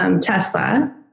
Tesla